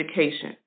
education